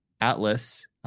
Atlas